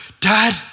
Dad